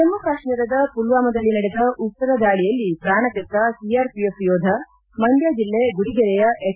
ಜಮ್ಮ ಕಾಶ್ಮೀರದ ಪುಲ್ವಾಮಾದಲ್ಲಿ ನಡೆದ ಉಗ್ರರ ದಾಳಿಯಲ್ಲಿ ಪ್ರಾಣ ತೆತ್ತ ಸಿಆರ್ಒಎಫ್ ಯೋಧ ಮಂಡ್ಕ ಜಿಲ್ಲೆ ಗುಡಿಗೆರೆಯ ಎಚ್